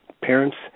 parents